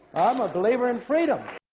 i'm a believer in freedom!